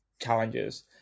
challenges